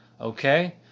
Okay